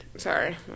Sorry